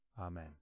Amen